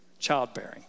childbearing